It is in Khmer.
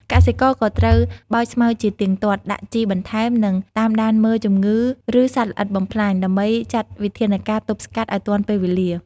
កសិករក៏ត្រូវបោចស្មៅជាទៀងទាត់ ដាក់ជីបន្ថែម និងតាមដានមើលជំងឺឬសត្វល្អិតបំផ្លាញ ដើម្បីចាត់វិធានការទប់ស្កាត់ឱ្យទាន់ពេលវេលា។